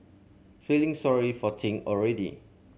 feeling sorry for Ting already